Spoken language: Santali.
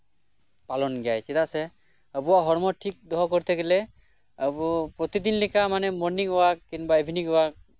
ᱯᱟᱞᱚᱱ ᱜᱮᱭᱟᱭᱟᱭ ᱪᱮᱫᱟᱜ ᱥᱮ ᱟᱵᱚᱣᱟᱜ ᱦᱚᱲᱢᱚ ᱴᱷᱤᱠ ᱫᱚᱦᱚ ᱠᱚᱨᱛᱮ ᱜᱮᱞᱮ ᱟᱵᱚ ᱯᱨᱚᱛᱤᱫᱤᱱ ᱞᱮᱠᱟ ᱟᱵᱚ ᱢᱳᱨᱱᱤᱝ ᱚᱣᱟᱞᱠ ᱠᱤᱝᱵᱟ ᱤᱵᱷᱤᱱᱤᱝ ᱚᱣᱟᱞᱠ